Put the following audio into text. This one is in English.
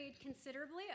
considerably